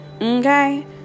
okay